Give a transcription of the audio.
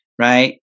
right